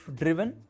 driven